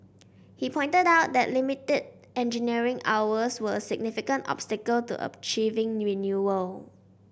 he pointed out that limited engineering hours were a significant obstacle to achieving renewal